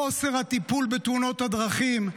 חוסר הטיפול בתאונות הדרכים,